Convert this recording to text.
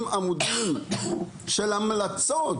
כהמלצה 350 עמודים של המלצות